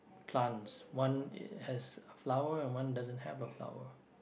plants one it has flower and one doesn't have a flower